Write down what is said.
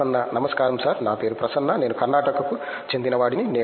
ప్రసన్న నమస్కారం సార్ నా పేరు ప్రసన్న నేను కర్ణాటకకు చెందినవాడిని